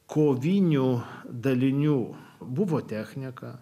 kovinių dalinių buvo technika